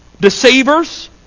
Deceivers